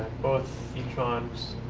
both e-trons,